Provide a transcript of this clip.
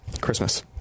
Christmas